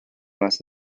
must